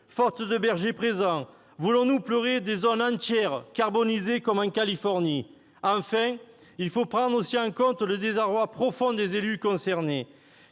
faute de bergers présents ? Voulons-nous pleurer des zones entières carbonisées, comme en Californie ? Enfin, il faut aussi prendre en compte le désarroi profond des élus concernés,